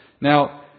Now